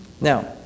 Now